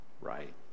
right